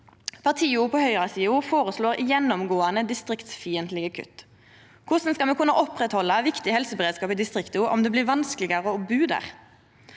Partia på høgresida føreslår gjennomgåande distriktsfiendtlege kutt. Korleis skal me kunna oppretthalda viktig helseberedskap i distrikta om det blir vanskelegare å bu der?